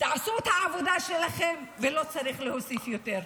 תעשו את העבודה שלכם, ולא צריך להוסיף יותר.